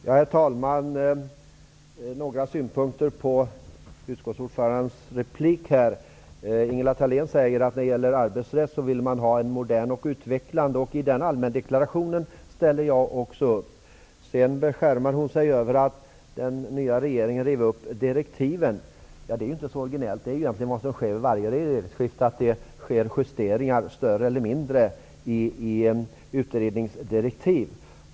Herr talman! Bara några synpunkter på utskottsordförandens replik. Ingela Thalén säger att man vill ha en modern och utvecklande arbetsrätt. Den allmändeklarationen ställer jag mig bakom. Sedan beskärmar sig Ingela Thalén över att den nya regeringen rev upp direktiven. Det är inte så originellt. Det är egentligen vad som sker vid varje regeringsskifte. Det görs större eller mindre justeringar i utredningsdirektiv.